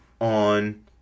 on